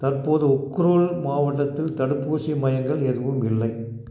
தற்போது உக்ருல் மாவட்டத்தில் தடுப்பூசி மையங்கள் எதுவும் இல்லை